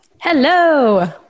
Hello